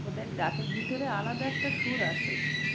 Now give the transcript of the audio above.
ও গানের ভিতরে আলাদা একটা সুর আছে